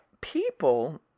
people